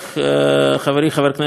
חברי חבר הכנסת יואל חסון,